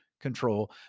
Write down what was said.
control